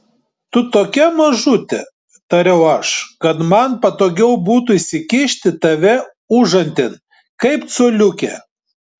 tu tokia mažutė tariau aš kad man patogiau būtų įsikišti tave užantin kaip coliukę